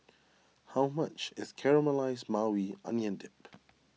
how much is Caramelized Maui Onion Dip